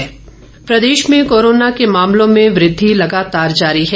Himachal corona प्रदेश में corona के मामलों में वृद्धि लगातार जारी है